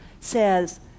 says